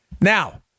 Now